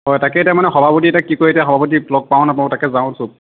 হয় তাকে এতিয়া মানে সভাপতিয়ে কি কয় এতিয়া সভাপতিক লগ পাওঁ নাপাওঁ তাকে যাওঁ চব